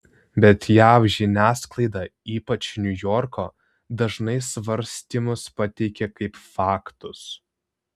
bet jav žiniasklaida ypač niujorko dažnai svarstymus pateikia kaip faktus